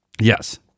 Yes